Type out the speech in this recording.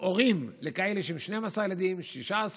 שהם הורים ל-12 ילדים, 16 ילדים,